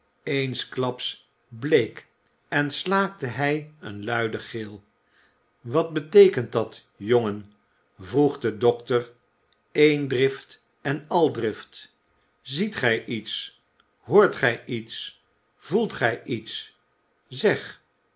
eensklaps bleek en slaakte hij een luiden gil wat beteekent dat jongen vroeg de dokter een drift en al drift ziet gij iets hoort gij iets voelt gij iets zeg